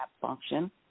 function